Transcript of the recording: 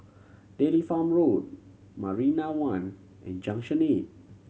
Dairy Farm Road Marina One and Junction Eight